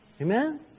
Amen